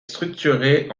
structuré